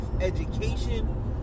education